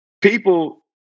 people